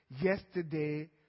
yesterday